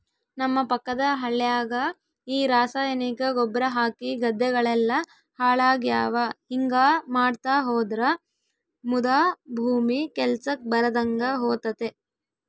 ನಮ್ಮ ಪಕ್ಕದ ಹಳ್ಯಾಗ ಈ ರಾಸಾಯನಿಕ ಗೊಬ್ರ ಹಾಕಿ ಗದ್ದೆಗಳೆಲ್ಲ ಹಾಳಾಗ್ಯಾವ ಹಿಂಗಾ ಮಾಡ್ತಾ ಹೋದ್ರ ಮುದಾ ಭೂಮಿ ಕೆಲ್ಸಕ್ ಬರದಂಗ ಹೋತತೆ